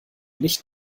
nicht